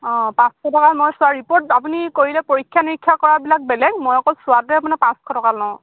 অঁ পাঁচশ টকাত মই চোৱা ৰিপৰ্ট আপুনি কৰিলে পৰীক্ষা নিৰীক্ষা কৰাবিলাক বেলেগ মই অকল চোৱাতোতে আপোনাৰ পাঁচশ টকা লওঁ